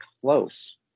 close